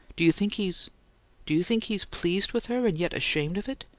do you think he's do you think he's pleased with her, and yet ashamed of it?